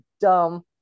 dumb